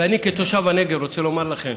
ואני כתושב הנגב רוצה לומר לכם,